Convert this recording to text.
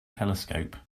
telescope